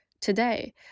Today